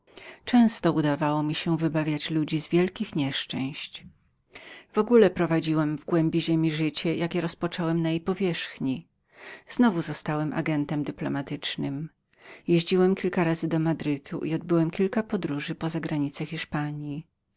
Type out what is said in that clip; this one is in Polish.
często udało mi się wybawić ludzi z wielkich nieszczęść w ogóle prowadziłem w głębi ziemi życie jakie rozpocząłem na jej powierzchni znowu zostałem agentem dyplomatycznym jeździłem kilka razy do madrytu i odbyłem kilka podróży zewnątrz hiszpanji